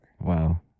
Wow